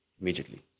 immediately